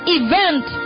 event